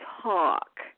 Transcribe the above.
talk